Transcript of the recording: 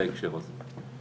להקשר הזה.